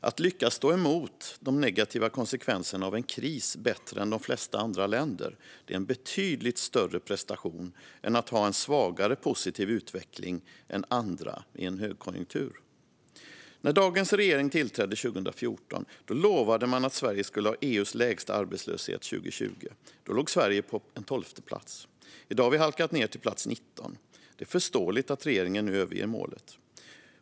Att lyckas stå emot de negativa konsekvenserna av en kris bättre än de flesta andra länder är en betydligt större prestation är att ha en svagare positiv utveckling än andra i en högkonjunktur. När dagens regering tillträdde 2014 lovade man att Sverige skulle ha EU:s lägsta arbetslöshet 2020. Då låg Sverige på tolfte plats. I dag har vi halkat ned till plats 19. Det är förståeligt att regeringen nu överger målet.